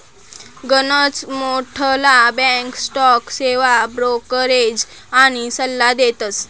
गनच मोठ्ठला bank stock सेवा ब्रोकरेज आनी सल्ला देतस